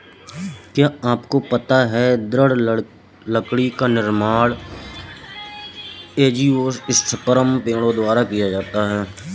क्या आपको पता है दृढ़ लकड़ी का निर्माण एंजियोस्पर्म पेड़ों द्वारा किया जाता है?